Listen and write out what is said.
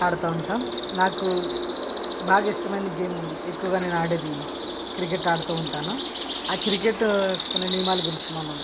ఆడతా ఉంటాం నాకు బాగా ఇష్టమైన గేమ్ ఎక్కువగా నేను ఆడేది క్రికెట్ ఆడుతూ ఉంటాను ఆ క్రికెట్ కొన్ని నియమాల గురించి మనం